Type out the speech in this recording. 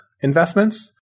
investments